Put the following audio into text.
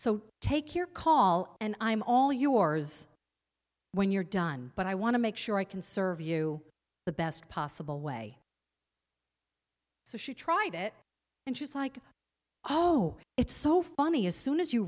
so take your call and i'm all yours when you're done but i want to make sure i can serve you the best possible way so she tried it and she was like oh it's so funny as soon as you